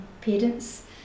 parents